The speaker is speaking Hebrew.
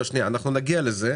אנחנו נגיע לזה.